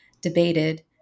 debated